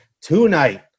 tonight